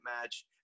match